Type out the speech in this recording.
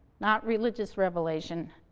not religious revelation,